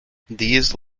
these